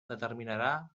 determinarà